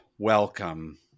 Welcome